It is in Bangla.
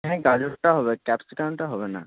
হ্যাঁ গাজরটা হবে ক্যাপসিকামটা হবে না